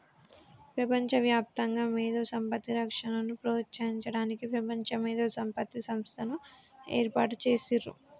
ప్రపంచవ్యాప్తంగా మేధో సంపత్తి రక్షణను ప్రోత్సహించడానికి ప్రపంచ మేధో సంపత్తి సంస్థని ఏర్పాటు చేసిర్రు